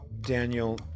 Daniel